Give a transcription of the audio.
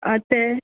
आं ते